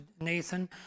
Nathan